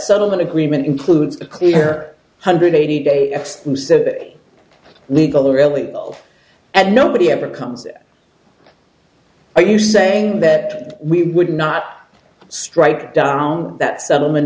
settlement agreement includes a clear hundred eighty day exclusive that legal or illegal and nobody ever comes are you saying that we would not strike down that settlement